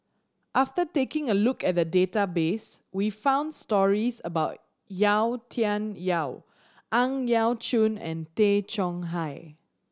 after taking a look at the database we found stories about Yau Tian Yau Ang Yau Choon and Tay Chong Hai